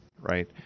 right